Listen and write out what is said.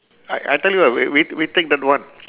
I I tell you what we we take that one